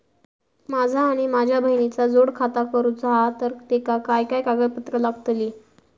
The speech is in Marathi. माझा आणि माझ्या बहिणीचा जोड खाता करूचा हा तर तेका काय काय कागदपत्र लागतली?